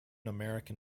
american